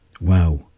Wow